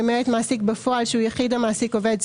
למעט מעסיק בפועל שהוא יחיד המעסיק עובד סיעודי,